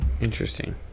interesting